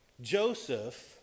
Joseph